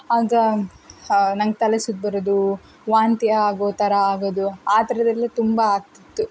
ಆಗ ನಂಗೆ ತಲೆ ಸುತ್ತು ಬರೋದು ವಾಂತಿ ಆಗೋ ಥರ ಆಗೋದು ಆ ಥರದ್ದೆಲ್ಲ ತುಂಬ ಆಗ್ತಿತ್ತು